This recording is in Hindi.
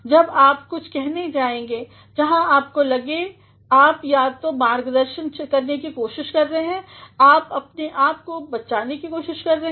जब आप कुछ कहने जाएंगे जहाँ आपको लगे आप या तोह अपना मागदर्शन करने की कोशिश कर रहे हैं आप अपने आप को बचाने की कोशिश कर रहे हैं